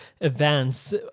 events